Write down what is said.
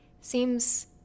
seems